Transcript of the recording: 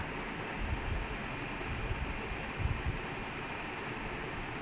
such a down it's so boring it's even worse then like primary league matches